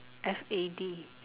F A D